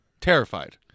Terrified